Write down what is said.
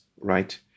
right